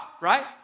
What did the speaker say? right